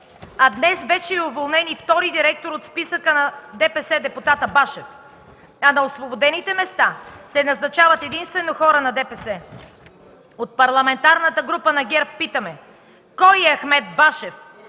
А днес вече е уволнен и втори директор от списъка на ДПС - депутата Башев, а на освободените места се назначават единствено хора на ДПС. От парламентарната група на ГЕРБ питаме: кой е Ахмед Башев,